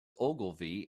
ogilvy